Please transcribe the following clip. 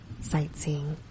sightseeing